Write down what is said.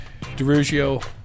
derugio